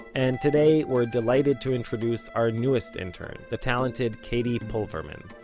and today we're delighted to introduce our newest intern, the talented katie pulverman.